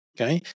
okay